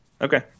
Okay